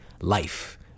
life